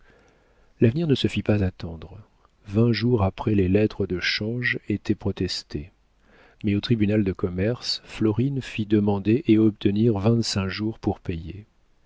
l'avenir ne se fit pas attendre vingt jours après les lettres de change étaient protestées mais au tribunal de commerce florine fit demander et obtenir vingt-cinq jours pour payer